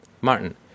Martin